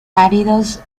áridos